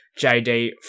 JD